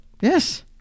Yes